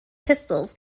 pistols